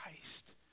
Christ